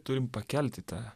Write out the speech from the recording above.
turim pakelti tą